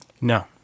No